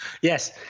Yes